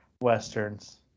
westerns